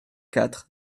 quatre